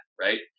right